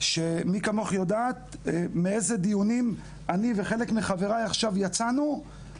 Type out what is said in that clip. מי כמוך יודעת מאיזה דיונים חברי ואני יצאנו כדי